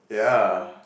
ya